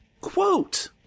quote